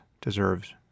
deserves